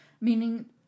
meaning